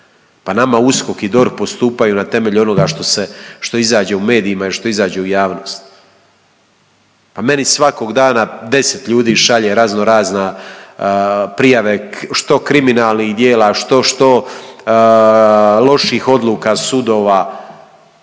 Pa nama USKOK i DORH postupaju na temelju onoga što izađe u medijima, što izađe u javnost. Pa meni svakog dana 10 ljudi šalje razno razne prijave što kriminalnih djela, što loših odluka sudova.